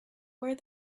where